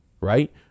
Right